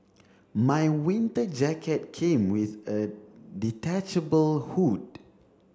my winter jacket came with a detachable hood